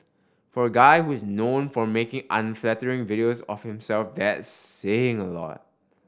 for a guy who's known for making unflattering videos of himself that's saying a lot